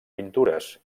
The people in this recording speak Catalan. pintures